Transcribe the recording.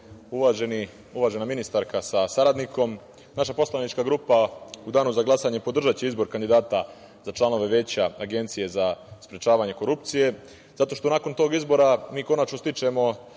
uvažena ministarka sa saradnikom, naša poslanička grupa u danu za glasanje podržaće izbor kandidata za članove Veća Agencije za sprečavanje korupcije zato što nakon tog izbora mi konačno stičemo,